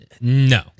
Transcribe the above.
No